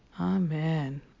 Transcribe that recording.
Amen